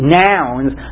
nouns